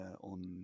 on